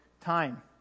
time